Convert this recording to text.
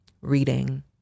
reading